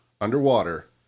underwater